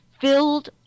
filled